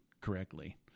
correctly